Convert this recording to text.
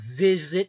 visit